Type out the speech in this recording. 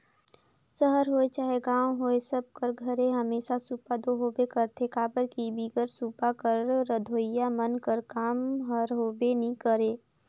सहर होए चहे गाँव होए सब कर घरे हमेसा सूपा दो होबे करथे काबर कि बिगर सूपा कर रधोइया मन कर काम हर होबे नी करे